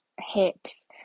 hips